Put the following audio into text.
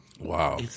Wow